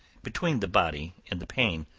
between the body and the pain,